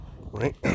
right